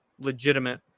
Legitimate